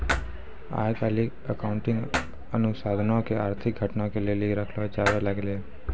आइ काल्हि अकाउंटिंग अनुसन्धानो के आर्थिक घटना के लेली रखलो जाबै लागलै